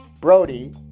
Brody